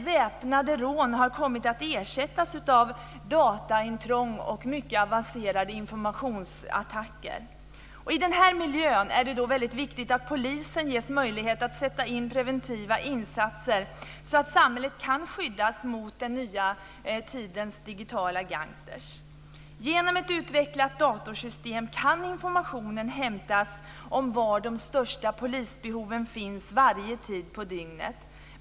Väpnade rån har kommit att ersättas av dataintrång och mycket avancerade informationsattacker. I denna miljö är det väldigt viktigt att polisen ges möjlighet att sätta in preventiva insatser, så att samhället kan skyddas mot den nya tidens digitala gangstrar. Genom ett utvecklat datorsystem kan information hämtas om var de största polisbehoven finns under varje tid på dygnet.